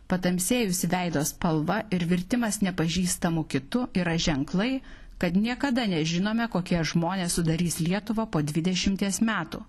patamsėjusi veido spalva ir virtimas nepažįstamu kitu yra ženklai kad niekada nežinome kokie žmonės sudarys lietuvą po dvidešimties metų